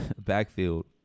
backfield